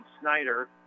Snyder